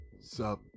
Sup